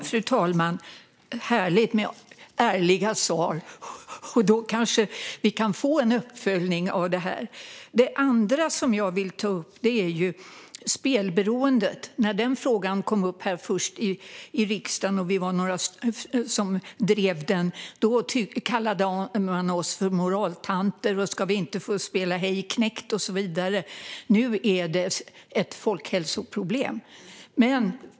Fru talman! Det är härligt med ärliga svar! Då kanske vi kan få en uppföljning av det här. Det andra som jag vill ta upp är spelberoendet. När den frågan kom upp här först i riksdagen och vi var några som drev den kallade man oss för moraltanter och sa saker som: "Ska vi inte få spela Hej knekt?" Nu är det ett folkhälsoproblem.